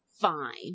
fine